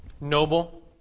noble